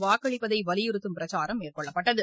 வாக்களிப்பதை வலியுறுத்தும் பிரச்சாரம் மேற்கொள்ளப்பட்டது